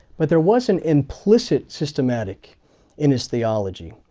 but there was an implicit systematic in his theology.